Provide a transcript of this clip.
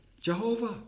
Jehovah